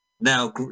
now